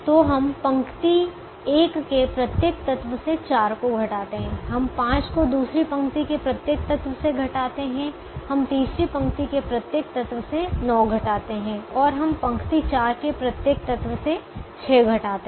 तो हम पंक्ति 1 के प्रत्येक तत्व से 4 को घटाते हैं हम 5 को दूसरी पंक्ति के प्रत्येक तत्व से घटाते हैं हम तीसरी पंक्ति के प्रत्येक तत्व से 9 घटाते हैं और हम पंक्ति 4 के प्रत्येक तत्व से 6 घटाते हैं